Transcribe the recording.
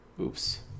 oops